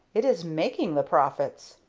it is making the profits.